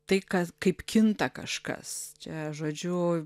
tai kas kaip kinta kažkas čia žodžiu